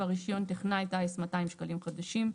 (7) רישיון טכנאי טיס - 200 שקלים חדשים.